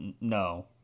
no